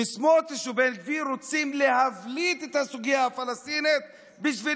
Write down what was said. וסמוטריץ' ובן גביר רוצים להבליט את הסוגיה הפלסטינית בשביל